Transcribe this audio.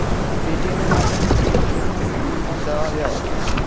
Paytm এর মাধ্যমে কি ইন্সুরেন্স প্রিমিয়াম দেওয়া যায়?